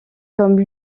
comme